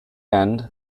end